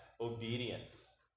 obedience